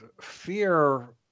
fear